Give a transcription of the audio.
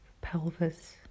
pelvis